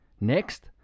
Next